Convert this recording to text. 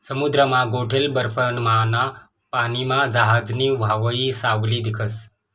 समुद्रमा गोठेल बर्फमाना पानीमा जहाजनी व्हावयी सावली दिखस